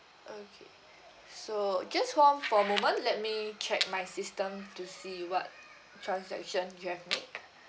okay so just hold on for a moment let me check my system to see what transaction you have made